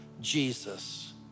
Jesus